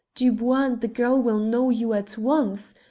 dubois and the girl will know you at once!